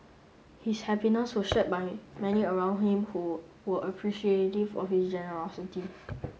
his happiness was shared by many around him who were appreciative of his generosity